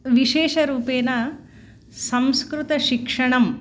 विशेषरूपेण सम्स्कृतशिक्षणं